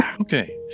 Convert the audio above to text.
okay